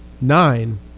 nine